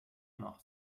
noch